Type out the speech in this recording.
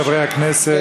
חברי הכנסת,